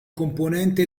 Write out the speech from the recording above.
componente